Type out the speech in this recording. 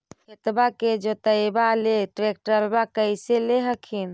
खेतबा के जोतयबा ले ट्रैक्टरबा कैसे ले हखिन?